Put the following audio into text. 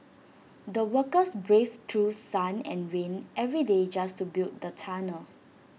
the workers braved through sun and rain every day just to build the tunnel